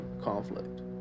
conflict